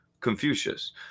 Confucius